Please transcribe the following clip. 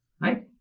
right